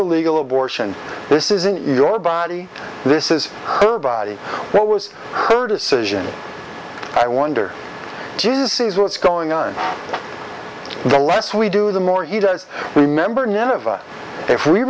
a legal abortion this isn't your body this is her body what was her decision i wonder jesus is what's going on the less we do the more he does remember none of us